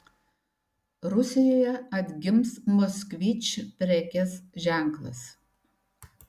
rusijoje atgims moskvič prekės ženklas